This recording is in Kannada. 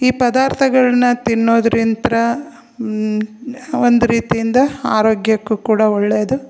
ಈ ಪದಾರ್ಥಗಳನ್ನ ತಿನ್ನೋದ್ರಿಂತ ಒಂದು ರೀತಿಯಿಂದ ಆರೋಗ್ಯಕ್ಕೂ ಕೂಡ ಒಳ್ಳೆಯದು